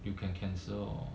you can cancel or